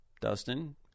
Dustin